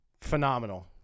phenomenal